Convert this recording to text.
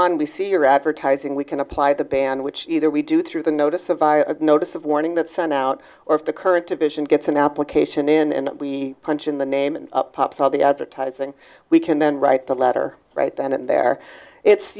on we see your advertising we can apply the ban which either we do through the notice or via a notice of warning that sent out or if the current division gets an application in and we punch in the name and up pops all the advertising we can then write the letter right then and there it's